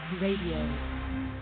radio